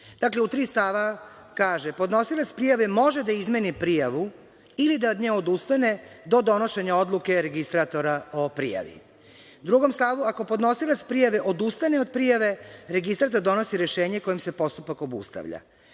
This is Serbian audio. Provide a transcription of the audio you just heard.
u tri stava kaže – podnosilac prijave može da izmeni prijavu ili da od nje odustane do donošenja odluke registratora o prijavi. U 2. stavu – ako podnosilac prijave odustane od prijave, registrator donosi rešenje kojim se postupak obustavlja.